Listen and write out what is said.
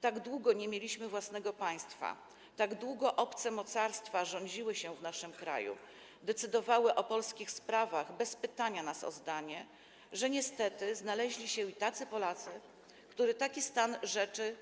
Tak długo nie mieliśmy własnego państwa, tak długo obce mocarstwa rządziły się w naszym kraju, decydowały o polskich sprawach bez pytania nas o zdanie, że niestety znaleźli się i tacy Polacy, którym taki stan rzeczy